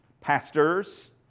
pastors